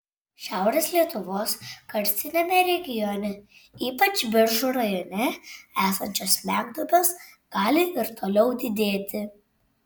šiaurės lietuvos karstiniame regione ypač biržų rajone esančios smegduobės gali ir toliau didėti